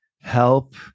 help